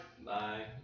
Bye